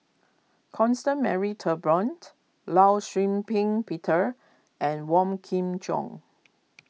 Constance Mary Turnbull Law Shau Ping Peter and Wong Kin Jong